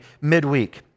midweek